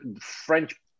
French